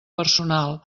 personal